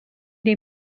est